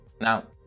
Now